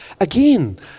again